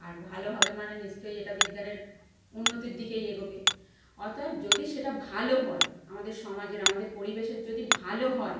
আর ভালো হবে মানে নিশ্চই এটা বিজ্ঞানের উন্নতির দিকেই এগোবে অতএব যদি সেটা ভালো হয় আমাদের সমাজের আমাদের পরিবেশের যদি ভালো হয়